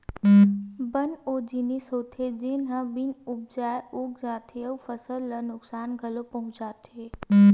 बन ओ जिनिस होथे जेन ह बिन उपजाए उग जाथे अउ फसल ल नुकसान घलोक पहुचाथे